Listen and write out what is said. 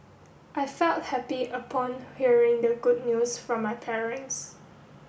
I felt happy upon hearing the good news from my parents